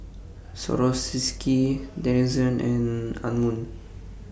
Swarovski Denizen and Anmum